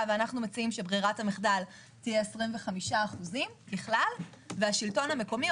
ואנחנו מציעים שברירת המחדל תהיה 25% ככלל והשלטון המקומי,